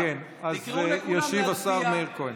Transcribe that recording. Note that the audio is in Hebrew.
הוא נימק, כן, אז ישיב השר מאיר כהן.